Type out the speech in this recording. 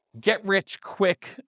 get-rich-quick